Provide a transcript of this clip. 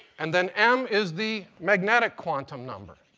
and then m is the magnetic quantum number.